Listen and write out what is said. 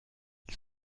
ils